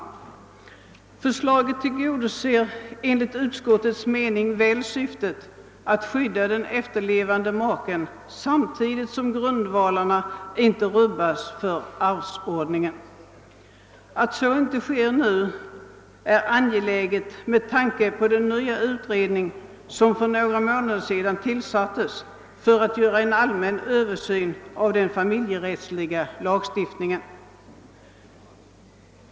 Förslaget tillgodoser enligt utskottets mening väl syftet att skydda den efterlevande maken samtidigt som grundvalarna för arvsordningen inte rubbas. Att så inte sker nu är angeläget med tanke på den nya utredning som för några månader sedan tillsattes för att göra en allmän översyn av den familjerättsliga lagstiftningen.